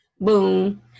boom